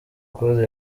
condé